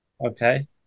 okay